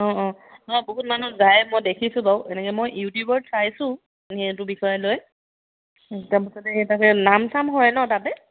অঁ অঁ অঁ বহুত মানুহ যায় মই দেখিছো বাৰু এনেকৈ মই ইউটিউবত চাইছো সেইটো বিষয় লৈ তাৰপিছতে সেই তাতে নাম চাম হয় ন তাতে